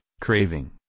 craving